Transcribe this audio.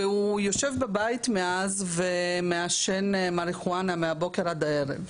והוא יושב בבית מאז ומעשן מריחואנה מהבוקר עד הערב.